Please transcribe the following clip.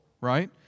right